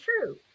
true